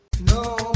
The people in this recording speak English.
No